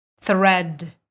thread